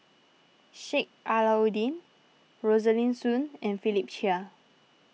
Sheik Alau'ddin Rosaline Soon and Philip Chia